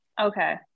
okay